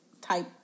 type